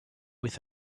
with